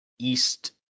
East